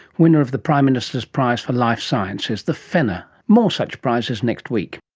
winner of the prime minister's prize for life sciences, the fenner. more such prizes next week